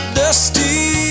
dusty